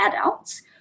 adults